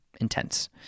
intense